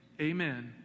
Amen